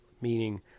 Meaning